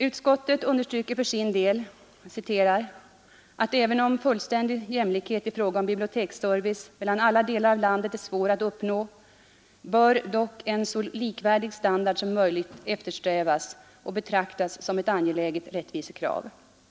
Utskottet understryker för sin del ”att även om fullständig jämlikhet i fråga om biblioteksservice mellan alla delar av landet är svår att uppnå bör dock en så likvärdig standard som möjligt eftersträvas och betraktas som ett angeläget rättvisekrav”.